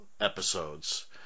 Episodes